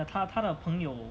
他他的朋友